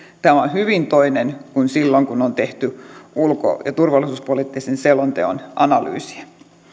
tämä on hyvin toinen tilanne kuin oli silloin kun on tehty ulko ja turvallisuuspoliittisen selonteon analyysiä